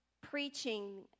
preaching